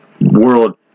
world